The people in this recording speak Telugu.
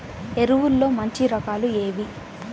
ఎరువుల్లో మంచి రకాలు ఏవి?